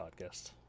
Podcast